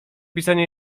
pisania